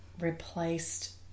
replaced